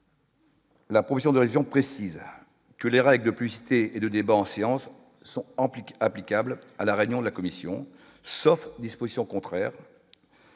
La position de région précise que les règles puissent et et le débat en séance son empire applicable à la réunion de la commission, sauf disposition contraire